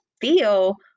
feel